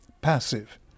passive